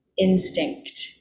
instinct